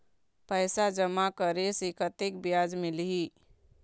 पैसा जमा करे से कतेक ब्याज मिलही?